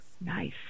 Nice